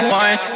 one